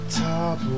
top